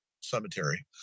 cemetery